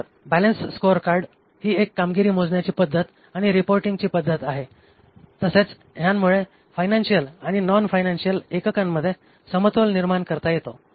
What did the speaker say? तर balanced scorecard ही एक कामगिरी मोजण्याची पद्धत आणि रिपोर्टींग ची पद्धत आहे तसेच ह्यामुळे फायनांशीअल आणि नॉन फायनांशीअल एककांमध्ये समतोल निर्माण करता येतो